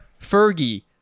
Fergie